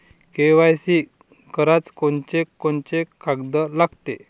KYC कराच कोनचे कोनचे कागद लागते?